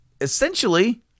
essentially